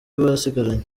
basigaranye